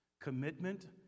Commitment